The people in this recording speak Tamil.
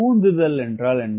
உந்துதல் என்றால் என்ன